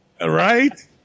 Right